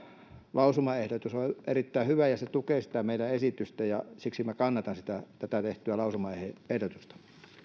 lausumaehdotus on erittäin hyvä ja se tukee meidän esitystämme ja siksi minä kannatan tätä tehtyä lausumaehdotusta